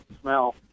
smell